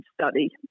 study